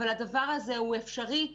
אבל הדבר הזה הוא אפשרי,